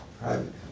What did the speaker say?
private